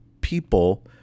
people